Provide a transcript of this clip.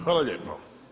Hvala lijepo.